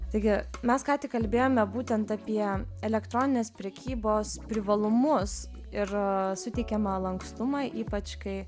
taigi mes ką tik kalbėjome būtent apie elektroninės prekybos privalumus ir suteikiamą lankstumą ypač kai